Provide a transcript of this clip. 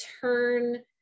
turn